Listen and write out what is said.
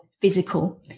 physical